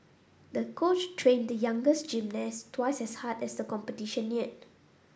the coach trained the youngest gymnast twice as hard as the competition neared